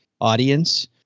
audience